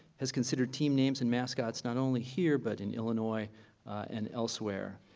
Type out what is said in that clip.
has considered team names and mascots not only here but in illinois and elsewhere,